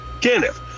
Kenneth